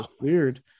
weird